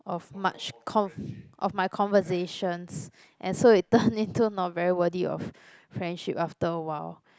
of much cov~ of my conversations and so it turn into not very worthy of friendship after a while